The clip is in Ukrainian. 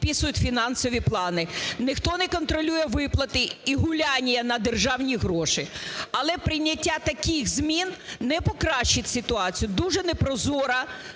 Ніхто не контролює виплати і гуляння на державні гроші. Але прийняття таких змін не покращить ситуацію, дуже не прозора